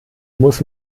muss